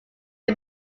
can